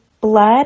blood